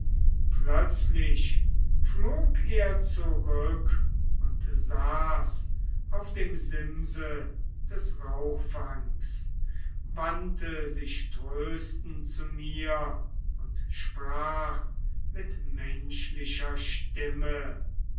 plötzlich flog er zurück und saß auf dem simse des rauchfangs wandte sich tröstend zu mir und sprach mit menschlicher stimme